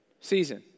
season